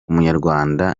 umunyarwanda